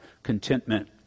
contentment